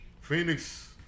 Phoenix